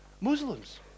Muslims